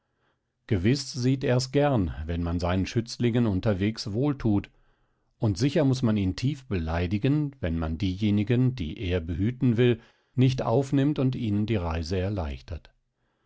gewiß sieht er's gern wenn man seinen schützlingen unterwegs wohlthut und sicher muß man ihn tief beleidigen wenn man diejenigen die er behüten will nicht aufnimmt und ihnen die reise nicht erleichtert